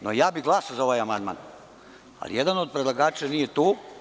No, ja bih glasao za ovaj amandman, ali jedan od predlagača nije tu.